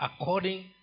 according